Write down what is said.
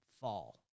fall